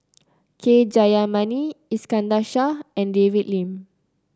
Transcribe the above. K Jayamani Iskandar Shah and David Lim